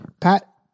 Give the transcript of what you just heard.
Pat